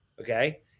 okay